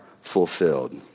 fulfilled